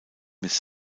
miss